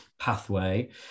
pathway